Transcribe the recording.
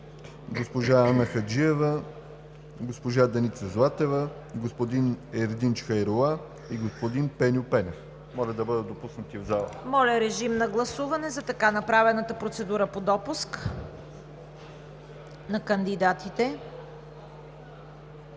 госпожа Анна Хаджиева, госпожа Деница Златева, господин Ердинч Хайрула и господин Пеньо Пенев. Моля да бъдат допуснати в залата. ПРЕДСЕДАТЕЛ ЦВЕТА КАРАЯНЧЕВА: Моля, режим на гласуване за така направената процедура по допуск на кандидатите.